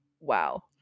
wow